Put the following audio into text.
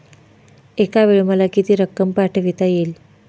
एकावेळी मला किती रक्कम पाठविता येईल?